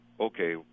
okay